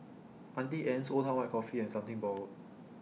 Auntie Anne's Old Town White Coffee and Something Borrowed